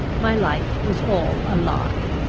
my life was all a lie.